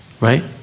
right